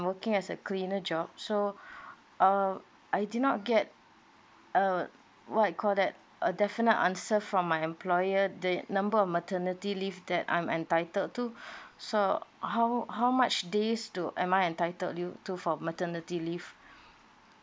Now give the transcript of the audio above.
working as a cleaner job so uh I did not get uh what you call that a definite answer from my employer the number of maternity leave that I'm entitled to so how how much days do am I entitled you to for maternity leave